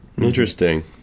Interesting